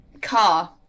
Car